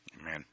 Amen